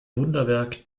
wunderwerk